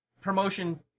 promotion